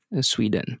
Sweden